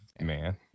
Man